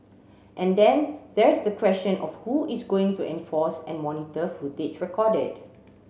and then there's the question of who is going to enforce and monitor footage recorded